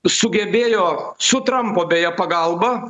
sugebėjo su trampo beje pagalba